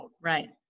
Right